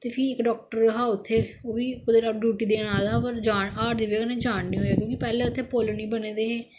ते फिह् इक डाॅक्टर हा उत्थे ओह् बी कुदे डियूटी देन आए दा हा पर हाड़ दी बजह कन्नै जान नी होआ क्योकि पैहलें इत्थै पुल नेईं बने दे हे